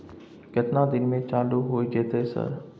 केतना दिन में चालू होय जेतै सर?